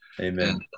Amen